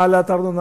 העלאת הארנונה?